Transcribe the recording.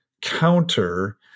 counter